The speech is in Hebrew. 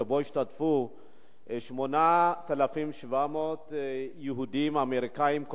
שבה השתתפו 8,700 יהודים אמריקנים,